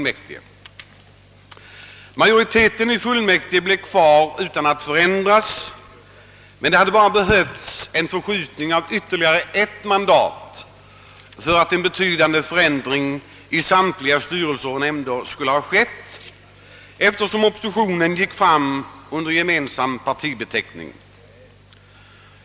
Majoriteten i fullmäktige blev kvar utan att förändras, men det hade bara behövts en förskjutning med ytterligare ett mandat för att en betydande förändring i samtliga styrelser och nämnder skulle ha inträtt, eftersom oppositionen gick fram under gemensam partibeteckning.